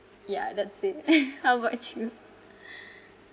ya that's it how about you